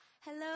Hello